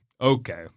Okay